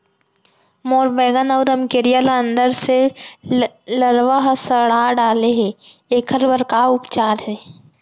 मोर बैगन अऊ रमकेरिया ल अंदर से लरवा ह सड़ा डाले हे, एखर बर का उपचार हे?